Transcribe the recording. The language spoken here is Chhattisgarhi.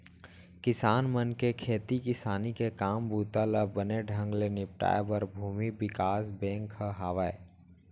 किसान मन के खेती किसानी के काम बूता ल बने ढंग ले निपटाए बर भूमि बिकास बेंक ह हावय